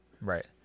right